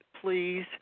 please